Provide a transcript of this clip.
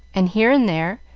and here and there,